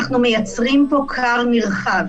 אנחנו מייצרים פה כר נרחב